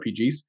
RPGs